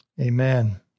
Amen